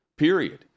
Period